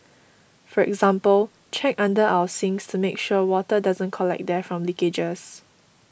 for example check under our sinks to make sure water doesn't collect there from leakages